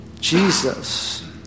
Jesus